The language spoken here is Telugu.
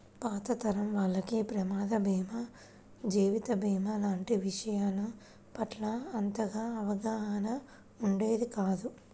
పాత తరం వాళ్లకి ప్రమాద భీమా, జీవిత భీమా లాంటి విషయాల పట్ల అంతగా అవగాహన ఉండేది కాదు